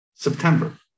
September